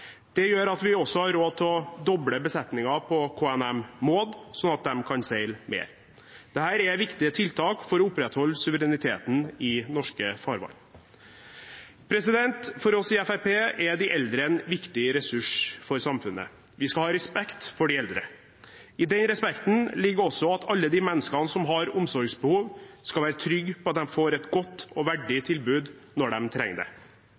gjør at vi også har råd til å doble besetningen på KNM «Maud», sånn at de kan seile mer. Dette er viktige tiltak for å opprettholde suvereniteten i norske farvann. For oss i Fremskrittspartiet er de eldre en viktig ressurs for samfunnet. Vi skal ha respekt for de eldre. I den respekten ligger også at alle de menneskene som har omsorgsbehov, skal være trygge på at de får et godt og verdig tilbud når de trenger det.